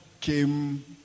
came